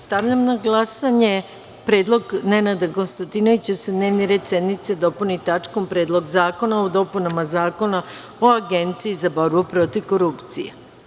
Stavljam na glasanje predlog narodnog poslanika Nenada Konstantinovića da se dnevni red sednice dopuni tačkom - Predlog zakona o dopunama Zakona o Agenciji za borbu protiv korupcije.